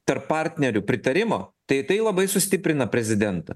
tarp partnerių pritarimo tai tai labai sustiprina prezidentą